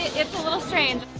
it's a little strange.